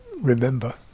remember